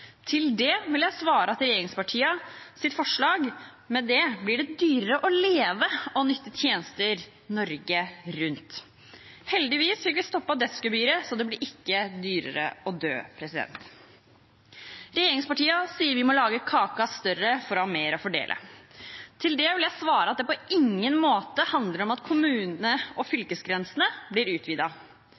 Til det vil jeg svare at med regjeringspartienes forslag blir det dyrere å leve og benytte tjenester Norge rundt. Heldigvis fikk vi stoppet «dødsgebyret», så det blir ikke dyrere å dø. Regjeringspartiene sier at vi må «lage kaka større» for å ha mer å fordele. Til det vil jeg svare at det på ingen måte handler om at kommune- og fylkesgrensene blir